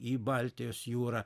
į baltijos jūrą